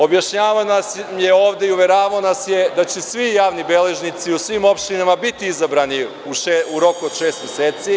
Objašnjavao nam je ovde i uveravao nas je da će svi javni beležnici u svim opštinama biti izabrani u roku od šest meseci.